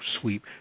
sweep